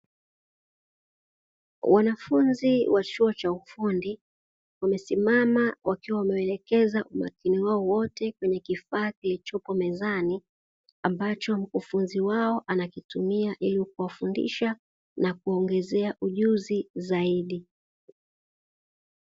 Wanafunzi wa chuo cha ufundi wamesimama wakiwa wameelekeza umakini wao wote kwenye kifaa kilichopo mezani, ambacho mkufunzi wao anakitumia ili kuwafundisha na kuongezea ujuzi zaidi.